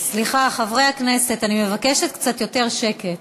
סליחה, חברי הכנסת, אני מבקשת קצת יותר שקט.